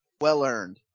well-earned